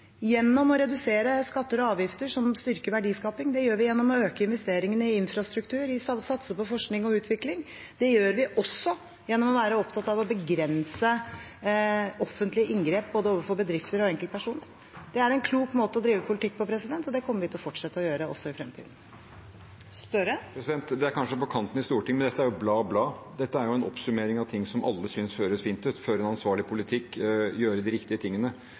gjennom å øke investeringene i infrastruktur. Vi satser på forskning og utvikling. Det gjør vi også gjennom å være opptatt av å begrense offentlige inngrep overfor både bedrifter og enkeltpersoner. Det er en klok måte å drive politikk på, og det kommer vi til å fortsette å gjøre også i fremtiden. Jonas Gahr Støre – til oppfølgingsspørsmål. Dette er kanskje på kanten å si i Stortinget, men dette var jo «bla, bla». Dette var jo en oppsummering av noe som alle synes høres fint ut: føre en ansvarlig politikk, gjøre de riktige tingene.